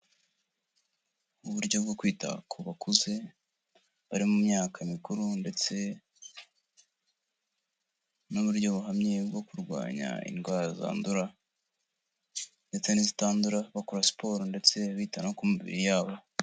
Uburyo bwo kwita ku bakuze, bari mu myaka mikuru ndetse n'uburyo buhamye bwo kurwanya indwara zandura ndetse n'izitandura bakora siporo ndetse bita no ku mibiri yabo.